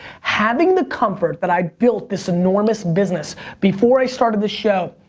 having the comfort that i built this enormous business before i started the show,